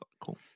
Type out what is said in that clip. cool